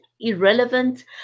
irrelevant